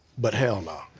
but hell nah!